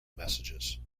messages